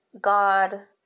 God